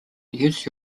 use